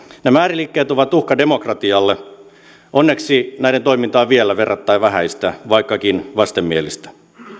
nämä ääriliikkeet ovat uhka demokratialle onneksi näiden toiminta on vielä verrattain vähäistä vaikkakin vastenmielistä